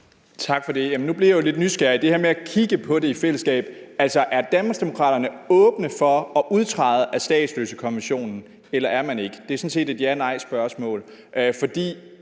Tak for det. Nu blev jeg jo lidt nysgerrig på det her med at kigge på det i fællesskab. Altså, er Danmarksdemokraterne åbne for at udtræde af statsløsekonventionen eller er man ikke? Det er sådan set et ja eller nejspørgsmål,